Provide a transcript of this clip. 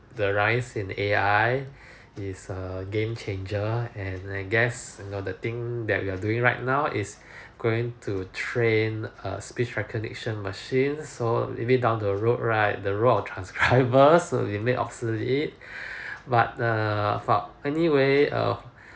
the rise in A_I is a game changer and I guess you know the thing we are doing right is going to train uh speech recognition machines so limit down the road right the road of transcribers so will be made obsolete but the from anyway uh